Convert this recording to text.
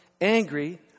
angry